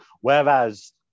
whereas